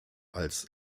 als